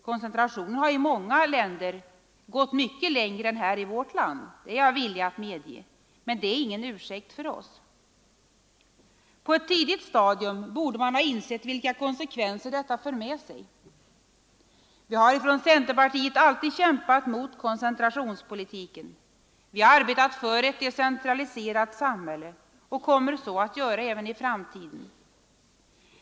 Koncentrationen har i många andra länder gått mycket längre än här i vårt land, det är jag villig att medge, men det är ingen ursäkt för oss. På ett tidigt stadium borde man ha insett vilka konsekvenser detta för med sig. Vi har i centerpartiet alltid kämpat mot koncentrationspolitiken, vi har arbetat för ett decentraliserat samhälle och kommer att så göra även i framtiden.